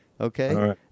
okay